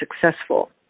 successful